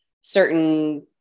certain